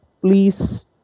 please